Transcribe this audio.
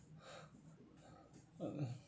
uh